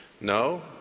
No